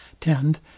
tend